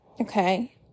okay